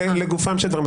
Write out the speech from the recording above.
לגופם של דברים.